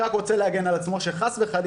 היום יום רביעי, 19 באוגוסט 2020, כ"ט באב התש"ף.